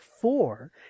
four